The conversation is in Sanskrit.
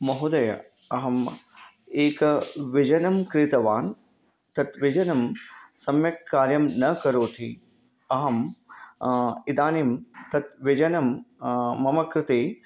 महोदय अहम् एक व्यजनं क्रीतवान् तत् व्यजनं सम्यक् कार्यं न करोति अहम् इदानीं तत् व्यजनं मम कृते